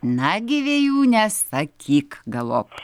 nagi vėjūne sakyk galop